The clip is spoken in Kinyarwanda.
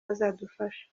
bazadufasha